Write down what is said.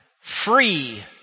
free